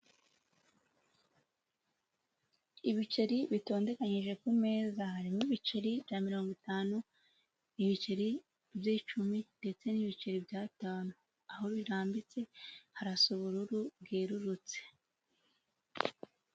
Ibiceri bitondeganyije ku meza, harimo ibiceri bya mirongo itanu, ibiceri by'icumi ndetse n'ibiceri by'atanu, aho birambitse harasa ubururu bwererutse.